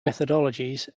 methodologies